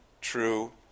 true